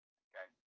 okay